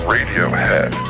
Radiohead